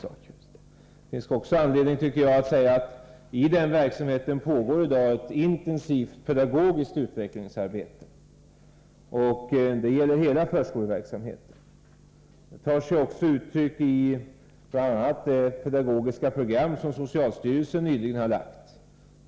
Jag tycker också att det finns anledning att säga att det i dag i denna verksamhet pågår ett intensivt pedagogiskt utvecklingsarbete. Det gäller hela förskoleverksamheten. Det tar sig också uttryck i bl.a. det pedagogiska program som socialstyrelsen nyligen har lagt fram.